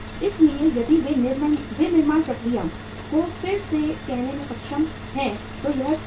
इसलिए यदि वे विनिर्माण प्रक्रिया को फिर से कहने में सक्षम हैं तो यह ठीक है